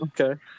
Okay